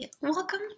welcome